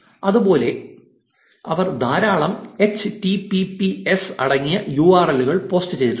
അതുപോലെ അവർ ധാരാളം H T P P S അടങ്ങിയ യൂ ആർ എൽ കൾ പോസ്റ്റ് ചെയ്തിട്ടുണ്ട്